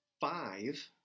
five